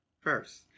first